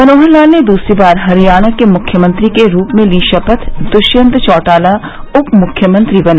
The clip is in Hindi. मनोहर लाल ने दूसरी बार हरियाणा के मुख्यमंत्री के रूप में ली शपथ दुष्यंत चौटाला उप मुख्यमंत्री बने